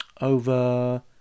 over